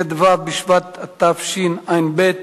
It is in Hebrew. ט"ו בשבט התשע"ב,